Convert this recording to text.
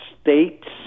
states